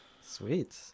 sweet